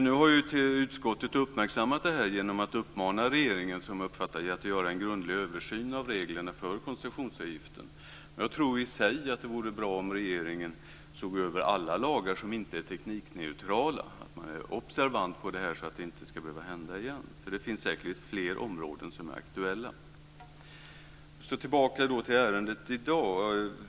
Nu har utskottet uppmärksammat detta genom att uppmana regeringen, som jag har uppfattat det, att göra en grundlig översyn av reglerna för koncessionsavgiften. Jag tror i sig att det vore bra om regeringen såg över alla lagar som inte är teknikneutrala och att man är observant på detta så att det inte ska behöva hända igen, eftersom det säkert finns fler områden som är aktuella. Jag ska återgå till dagens ärende.